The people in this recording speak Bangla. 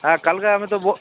হ্যাঁ কালকে আমি তো